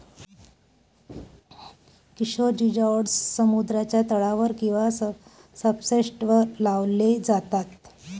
किशोर जिओड्स समुद्राच्या तळावर किंवा सब्सट्रेटवर लावले जातात